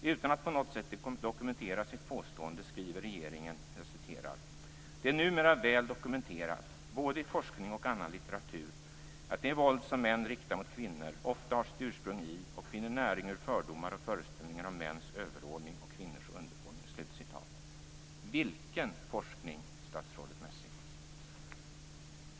Utan att på något annat sätt dokumentera sitt påstående skriver regeringen: "Det är numera väl dokumenterat, både i forskning och annan litteratur, att det våld som män riktar mot kvinnor ofta har sitt ursprung i och finner näring ur fördomar och föreställningar om mäns överordning och kvinnors underordning." Vilken forskning, statsrådet Messing?